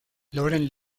lauren